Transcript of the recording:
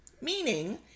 Meaning